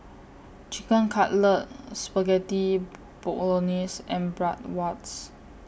Chicken Cutlet Spaghetti Bolognese and Bratwurst